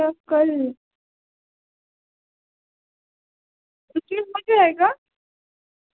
सौ रुपये का जो स्टेम्प हाँ स्टेम्प पेपर आता है ना सौ रुपये वाला या डेढ़ सौ रुपये हाँ